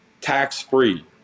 tax-free